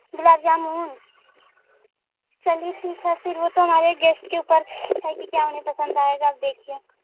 गुलाब जामुन चलिए ठीक है फिर वो तो हमारे गेश्ट के ऊपर है कि क्या उन्हें पसंद आएगा अब देखिए